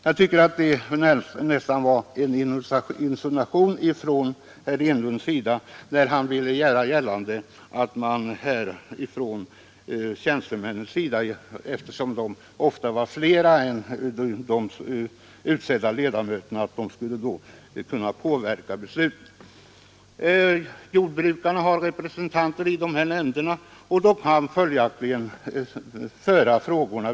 Jag tycker att det var en insinuation herr Enlund gjorde sig skyldig till när han ville göra gällande att tjänstemännen, eftersom de ofta är flera än de valda ledamöterna, skulle kunna påverka besluten. Jordbrukarna har representanter i dessa nämnder och kan följaktligen följa frågorna.